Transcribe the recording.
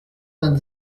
vingt